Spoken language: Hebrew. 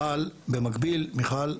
אבל במקביל מיכל,